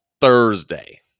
Thursday